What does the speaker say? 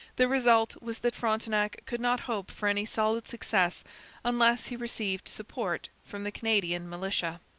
the result was that frontenac could not hope for any solid success unless he received support from the canadian militia.